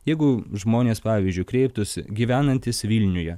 jeigu žmonės pavyzdžiui kreiptųsi gyvenantys vilniuje